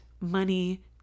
money